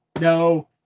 no